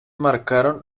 marcaron